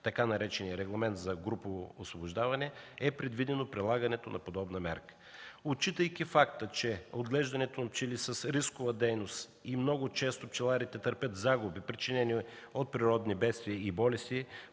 така наречения Регламент за групово освобождаване, е предвидено прилагането на подобна мярка. Отчитайки факта, че отглеждането на пчели е рискова дейност и много често пчеларите търпят загуби, причинени от природни бедствия и болести